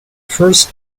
first